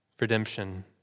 redemption